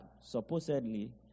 supposedly